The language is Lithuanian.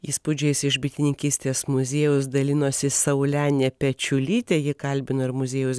įspūdžiais iš bitininkystės muziejaus dalinosi saulenė pečiulytė ji kalbino ir muziejaus